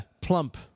plump